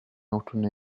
autunno